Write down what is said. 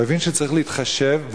הוא הבין שצריך להתחשב,